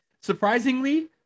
surprisingly